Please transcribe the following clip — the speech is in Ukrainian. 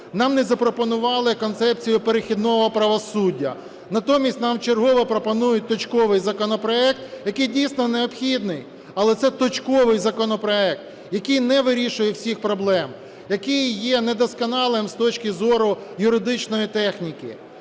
Нам не запропонували концепцію перехідного правосуддя, натомість нам вчергове пропонують точковий законопроект. Який дійсно необхідний, але це точковий законопроект, який не вирішує всіх проблем, який є недосконалим з точки зору юридичної техніки.